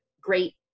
great